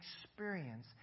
experience